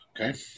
okay